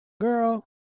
Girl